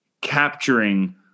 capturing